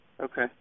Okay